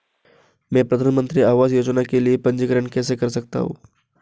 मैं प्रधानमंत्री आवास योजना के लिए पंजीकरण कैसे कर सकता हूं?